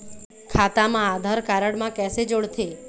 खाता मा आधार कारड मा कैसे जोड़थे?